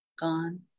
gone